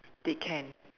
they can